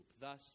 thus